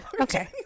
Okay